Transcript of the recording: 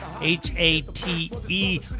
H-A-T-E